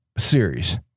Series